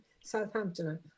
Southampton